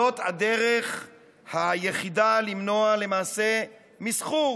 זאת הדרך היחידה למנוע למעשה מסחור